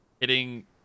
hitting